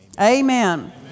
Amen